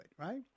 right